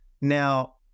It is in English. Now